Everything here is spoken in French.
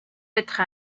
être